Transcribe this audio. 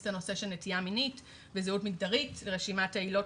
את הנושא של נטייה מינית וזהות מגדרית ורשימת העילות